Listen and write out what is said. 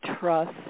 trust